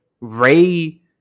Ray